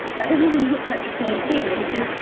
that doesn't even look like the same thing. and he says,